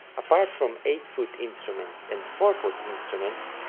apart from eight foot instruments and four foot instruments,